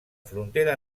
frontera